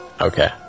Okay